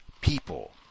people